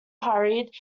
hurried